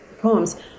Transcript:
poems